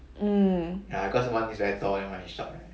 mm